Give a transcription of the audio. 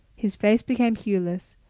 his face became hueless,